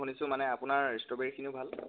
শুনিছোঁ মানে আপোনাৰ ইষ্ট্ৰবেৰীখিনিও ভাল